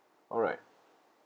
alright